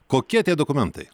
kokie tie dokumentai